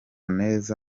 neza